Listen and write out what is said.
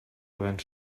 havent